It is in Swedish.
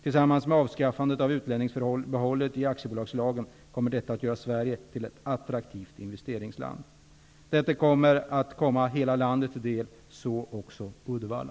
Tillsammans med avskaffandet av utlänningsförbehållet i aktiebolagslagen kommer detta att göra Sverige till ett attraktivt investeringsland. Detta kommer att komma hela landet till del, så också Uddevalla.